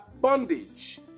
bondage